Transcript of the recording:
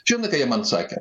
čiundakai jie man sakė